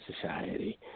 society